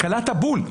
קלעת בול.